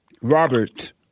Robert